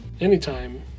anytime